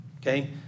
okay